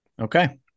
Okay